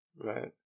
Right